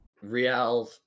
real